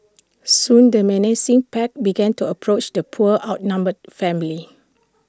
soon the menacing pack began to approach the poor outnumbered family